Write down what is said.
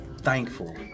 thankful